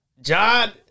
John